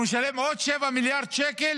אנחנו נשלם עוד 7 מיליארד שקל